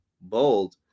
bold